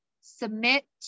Submit